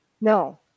No